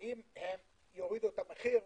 שאם הם יורידו את המחיר,